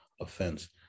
offense